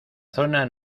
zona